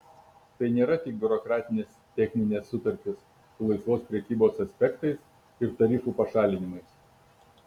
tai nėra tik biurokratinės techninės sutartys su laisvos prekybos aspektais ir tarifų pašalinimais